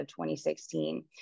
2016